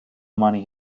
money